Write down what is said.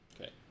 Okay